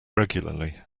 regularly